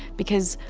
because,